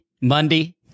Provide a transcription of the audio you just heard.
Monday